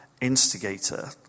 instigator